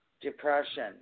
depression